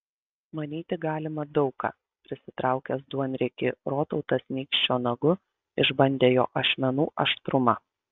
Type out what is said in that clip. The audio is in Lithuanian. manyti galima daug ką prisitraukęs duonriekį rotautas nykščio nagu išbandė jo ašmenų aštrumą